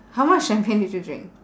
how much champagne did you drink